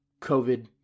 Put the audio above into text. COVID